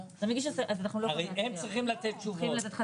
אז אולי שבינתיים הם יתנו תשובות על מה שאמרת להם.